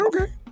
Okay